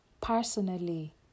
personally